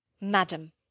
Madam